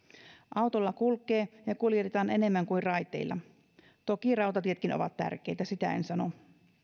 autolla kulkee ja kuljetetaan enemmän kuin raiteilla toki rautatietkin ovat tärkeitä sitä en sano